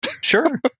Sure